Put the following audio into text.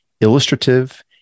illustrative